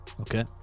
Okay